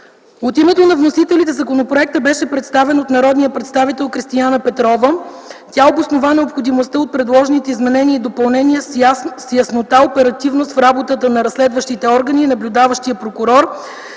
От името на вносителите законопроектът беше представен от народния представител Кристияна Петрова. Тя обоснова необходимостта от предложените изменения и допълнения с яснота, оперативност в работата на разследващите органи и наблюдаващия прокурор